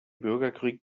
bürgerkrieg